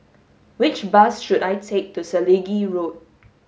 which bus should I take to Selegie Road